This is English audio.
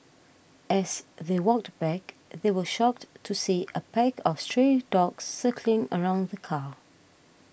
as they walked back they were shocked to see a pack of stray dogs circling around the car